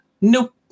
Nope